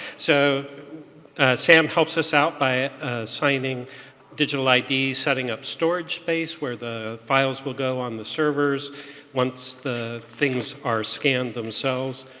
so sam helps us out by signing digital like id's, setting up storage space where the files will go on the servers once the things are scanned themselves.